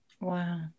Wow